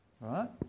right